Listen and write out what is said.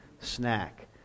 snack